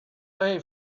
pay